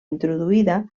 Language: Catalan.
introduïda